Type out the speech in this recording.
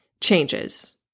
changes